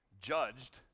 judged